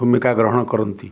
ଭୂମିକା ଗ୍ରହଣ କରନ୍ତି